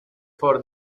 for